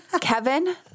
Kevin